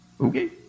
okay